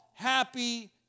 happy